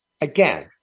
again